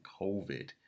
COVID